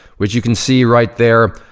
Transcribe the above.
which you can see right there.